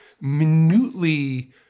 minutely